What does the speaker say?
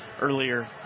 earlier